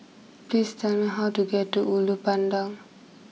please tell me how to get to Ulu Pandan